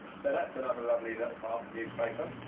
so that's another lovely little part of the newspaper,